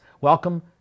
welcome